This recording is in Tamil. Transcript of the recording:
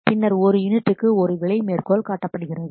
பின்னர் ஒரு யூனிட்டுக்கு ஒரு விலை மேற்கோள் காட்டப்படுகிறது